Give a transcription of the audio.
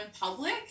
public